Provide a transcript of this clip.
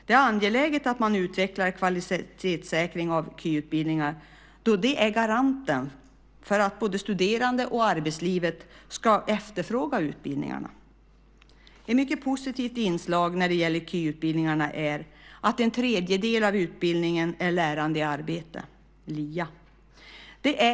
Det är angeläget att man utvecklar kvalitetssäkring av KY då det är garantin för att både de studerande och arbetslivet ska efterfråga utbildningarna. Ett mycket positivt inslag när det gäller KY är att en tredjedel av utbildningen är lärande i arbete, LIA.